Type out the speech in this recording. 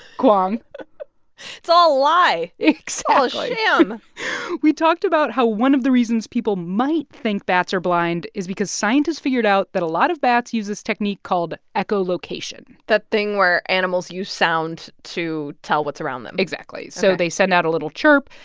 kwong it's all a lie exactly it's all sham we talked about how one of the reasons people might think bats are blind is because scientists figured out that a lot of bats use this technique called echolocation that thing where animals use sound to tell what's around them exactly. so they send out a little chirp.